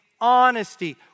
honesty